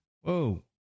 Whoa